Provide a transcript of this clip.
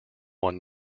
one